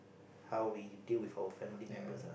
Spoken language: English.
how we deal with our family members ah